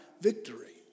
victory